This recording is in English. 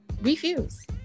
Refuse